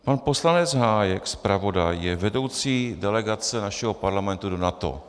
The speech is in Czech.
Pan poslanec Hájek, zpravodaj, je vedoucí delegace našeho Parlamentu do NATO.